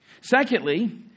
Secondly